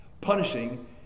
punishing